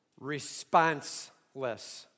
responseless